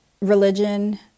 Religion